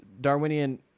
Darwinian